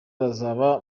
bazaba